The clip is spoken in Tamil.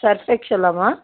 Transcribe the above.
சர்ஃப் எக்ஷல்லாம்மா